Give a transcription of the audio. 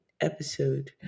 episode